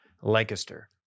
Lancaster